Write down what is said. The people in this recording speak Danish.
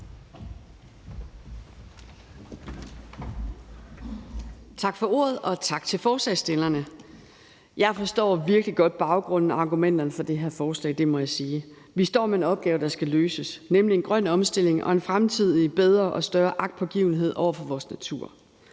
Tak for ordet, og tak til forslagsstillerne. Jeg forstår virkelig godt baggrunden og argumenterne for det her forslag. Det må jeg sige. Vi står med en opgave, der skal løses, nemlig en grøn omstilling og en bedre og større fremtidig agtpågivenhed over for vores natur.